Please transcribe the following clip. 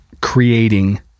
creating